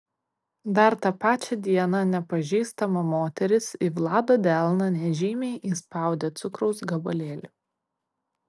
dar tą pačią dieną nepažįstama moteris į vlado delną nežymiai įspaudė cukraus gabalėlį